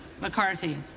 McCarthy